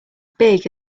big